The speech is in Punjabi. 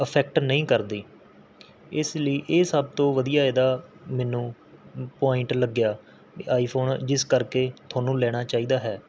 ਅਫੈਕਟ ਨਹੀਂ ਕਰਦੀ ਇਸ ਲਈ ਇਹ ਸਭ ਤੋਂ ਵਧੀਆ ਇਹਦਾ ਮੈਨੂੰ ਪੁਆਇੰਟ ਲੱਗਿਆ ਆਈ ਫ਼ੋਨ ਜਿਸ ਕਰਕੇ ਤੁਹਾਨੂੰ ਲੈਣਾ ਚਾਹੀਦਾ ਹੈ